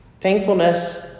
Thankfulness